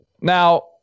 Now